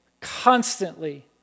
constantly